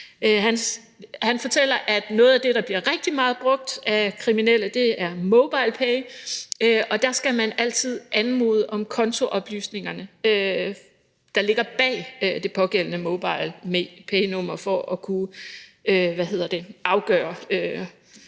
han fortæller, at noget af det, der bliver brugt rigtig meget af kriminelle, er MobilePay, og der skal man altid anmode om kontooplysningerne, der ligger bag det pågældende mobilepaynummer, for at kunne afgøre,